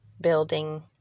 building